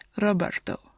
Roberto